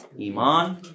iman